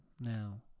now